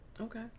Okay